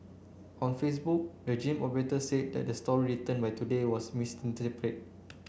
on Facebook the gym operator said that the story written by Today was